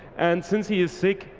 and since he is sick,